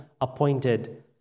appointed